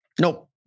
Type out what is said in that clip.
Nope